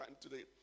today